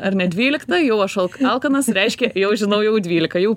ar ne dvylikta jau aš alk alkanas reiškia jau žinau jau dvylika jau